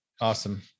Awesome